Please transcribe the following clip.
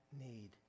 need